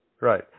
Right